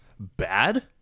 Bad